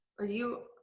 are you.